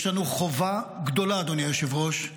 חובה גדולה, אדוני היושב-ראש,